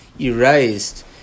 erased